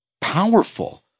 powerful